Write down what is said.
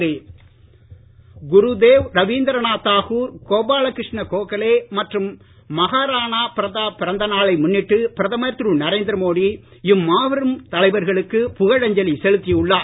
மோடி வாழ்த்து குருதேவ் ரவீந்திரநாத் தாகூர் கோபால கிருஷ்ண கோகலே மற்றும் மகாராணா பிரதாப் பிறந்த நாளை முன்னிட்டு பிரதமர் திரு நரேந்திர மோடிஇம்மாபெரும் தலைவர்களுக்கு புகழ் அஞ்சலி செலுத்தி உள்ளார்